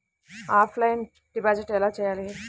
Offline deposit ఎలా చేయాలి?